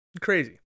Crazy